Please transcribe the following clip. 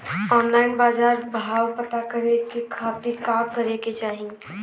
Online बाजार भाव पता करे के खाती का करे के चाही?